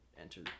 enter